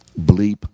bleep